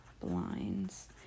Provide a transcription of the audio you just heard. blinds